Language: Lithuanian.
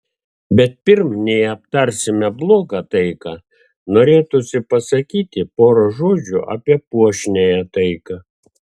bet pirm nei aptarsime blogą taiką norėtųsi pasakyti porą žodžių apie puošniąją taiką